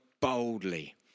boldly